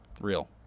Real